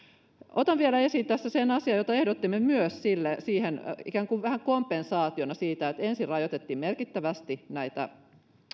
otan vielä esiin tässä sen asian jota myös ehdotimme siihen ikään kuin vähän kompensaationa siitä että ensin rajoitettiin merkittävästi näitä